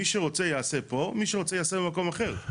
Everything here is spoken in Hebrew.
מי שרוצה יעשה פה, ומי שרוצה יעשה במקום אחר.